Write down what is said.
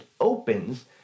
opens